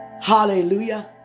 Hallelujah